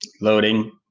Loading